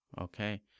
Okay